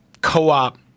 co-op